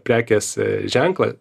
prekės ženklą